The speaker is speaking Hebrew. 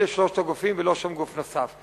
אלה שלושת הגופים, ולא שום גוף נוסף.